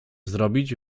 zrobić